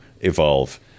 evolve